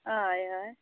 हय हय